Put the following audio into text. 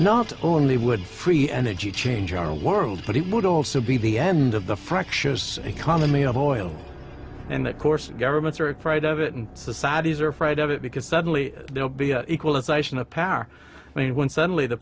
not only would free energy change our world but it would also be the end of the fractious economy of oil and of course governments are afraid of it and the saudis are afraid of it because suddenly they'll be a equalization a power mean when suddenly the